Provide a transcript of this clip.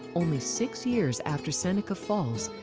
only six years after seneca falls,